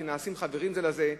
שנעשים בה חברים זה לזה,